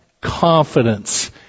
confidence